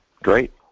Great